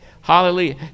Hallelujah